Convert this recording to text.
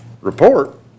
report